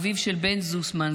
אביו של בן זוסמן,